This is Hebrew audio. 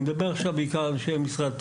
אני מדבר, עכשיו, בעיקר על אנשי משרד התרבות.